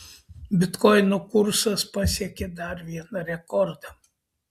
bitkoino kursas pasiekė dar vieną rekordą